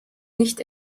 nicht